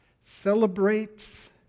celebrates